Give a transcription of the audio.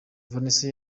vanessa